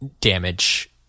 damage